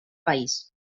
país